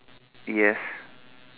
yes